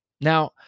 now